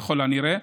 ככל הנראה,